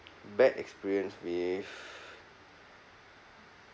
bad experience with